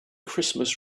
christmas